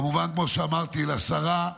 וכמובן, כמו שאמרתי, לשרה,